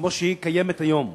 כמו שהיא קיימת היום.